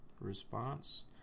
Response